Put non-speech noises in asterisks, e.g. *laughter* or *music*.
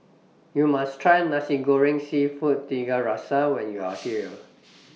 YOU must Try Nasi Goreng Seafood Tiga Rasa when YOU Are *noise* here